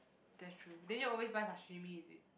that's true then you always buy sashimi is it